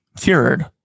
cured